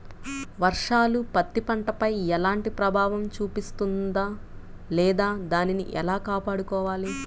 వర్షాలు పత్తి పంటపై ఎలాంటి ప్రభావం చూపిస్తుంద లేదా దానిని ఎలా కాపాడుకోవాలి?